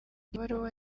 baruwa